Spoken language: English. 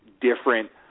different